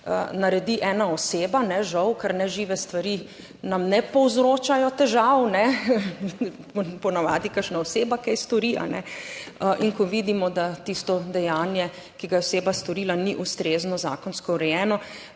naredi ena oseba, žal, ker nežive stvari nam ne povzročajo težav. Ne, ponavadi kakšna oseba kaj stori, in ko vidimo, da tisto dejanje, ki ga je oseba storila, ni ustrezno zakonsko urejeno,